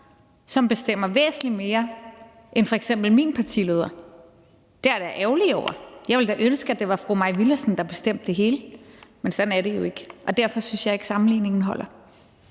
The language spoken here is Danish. som bestemmer væsentlig mere end f.eks. min partileder. Det er jeg da ærgerlig over – jeg ville da ønske, at det var fru Mai Villadsen, der bestemte det hele. Men sådan er det jo ikke. Og derfor synes jeg ikke, sammenligningen holder.